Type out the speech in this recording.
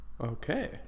Okay